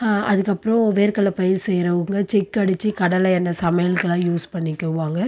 அதுக்கப்புறம் வேர்கடலை பயிர் செய்கிறவங்க செக்கடிச்சு கடலை எண்ணெய் சமையலுக்கெல்லாம் யூஸ் பண்ணிக்குவாங்க